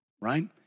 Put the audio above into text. right